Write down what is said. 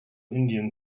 indian